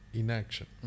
inaction